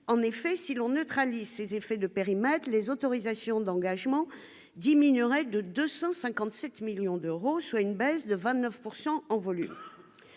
en effet, si l'on neutralise ces effets de périmètre les autorisations d'engagement diminueraient de 255 millions d'euros, soit une baisse de 29 pourcent